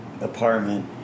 apartment